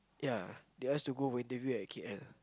ya they ask to go for interview at K_L